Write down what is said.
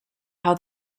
how